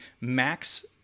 max